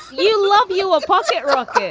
you love you. ah watch it, rocket.